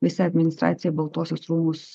visa administracija į baltuosius rūmus